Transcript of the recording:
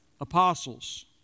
apostles